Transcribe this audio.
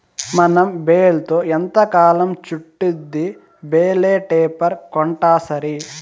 మనం బేల్తో ఎంతకాలం చుట్టిద్ది బేలే రేపర్ కొంటాసరి